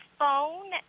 phone